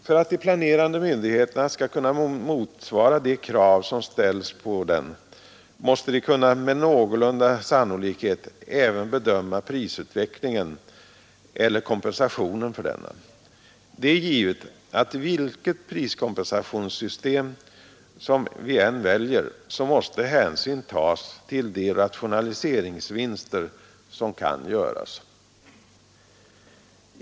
För att de planerande myndigheterna skall kunna motsvara de krav som ställs på dem måste de med någon sannolikhet kunna bedöma prisutvecklingen eller kompensationen för denna. Det är givet att vilket priskompensationssystem vi än väljer, så måste hänsyn tas till de rationaliseringsvinster som kan göras.